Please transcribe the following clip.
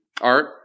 Art